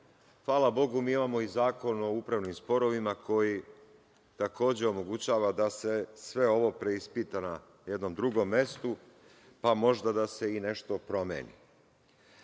hvala Bogu, mi imamo i Zakon o upravnim sporovima koji takođe omogućava da se sve ovo preispita na jednom drugom mestu, pa možda da se i nešto promeni. Kad